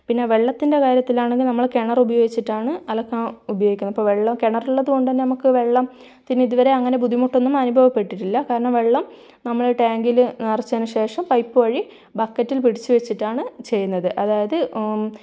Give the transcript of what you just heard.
പിന്നെ വെള്ളത്തിൻ്റെ കാര്യത്തിലാണെങ്കിൽ നമ്മൾ കിണറുപയോഗിച്ചിട്ടാണ് അലക്കാൻ ഉപയോഗിക്കുന്നത് ഇപ്പം വെള്ളം കിണറുള്ളത് കൊണ്ട് തന്നെ നമുക്ക് വെള്ളത്തി ന് ഇതുവരെ അങ്ങനെ ബുദ്ധിമുട്ടൊന്നും അനുഭവപ്പെട്ടിട്ടില്ല കാരണം വെള്ളം നമ്മൾ ടാങ്കിൽ നിറച്ചതിന് ശേഷം പൈപ്പ് വഴി ബക്കറ്റിൽ പിടിച്ച് വച്ചിട്ടാണ് ചെയ്യുന്നത് അതായത്